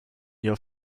your